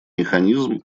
механизм